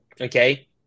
okay